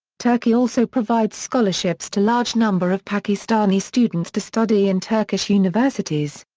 turkey also provides scholarships to large number of pakistani students to study in turkish universities.